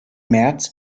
märz